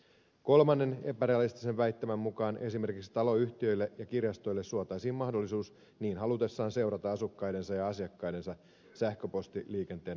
kolmannen epärealistisen väittämän mukaan esimerkiksi taloyhtiöille ja kirjastoille suotaisiin mahdollisuus niin halutessaan seurata asukkaidensa ja asiakkaidensa sähköpostiliikenteen tunnistetietoja